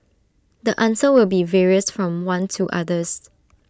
the answer will be various from one to others